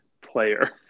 player